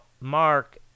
Mark